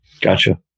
Gotcha